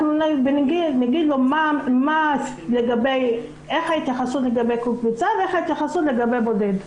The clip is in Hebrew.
נגיד לו איך ההתייחסות לגבי קבוצה ואיך ההתייחסות לגבי בודד.